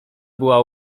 była